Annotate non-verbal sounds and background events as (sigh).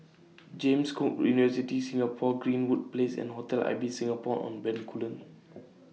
James Cook University Singapore Greenwood Place and Hotel Ibis Singapore on Bencoolen (noise)